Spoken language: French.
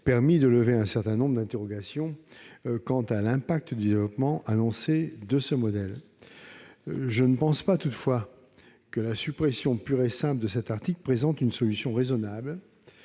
permis de lever un certain nombre d'interrogations quant à l'impact du développement annoncé de ce modèle. Toutefois, je ne pense pas que la suppression pure et simple de cet article soit une solution raisonnable.